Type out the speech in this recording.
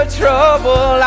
trouble